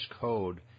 code